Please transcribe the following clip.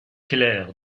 clair